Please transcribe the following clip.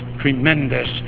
tremendous